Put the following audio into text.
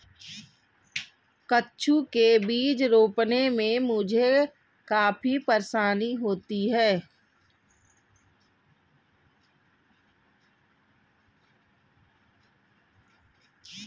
कद्दू के बीज रोपने में मुझे काफी परेशानी हुई